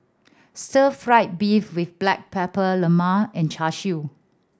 stir fried beef with black pepper lemang and Char Siu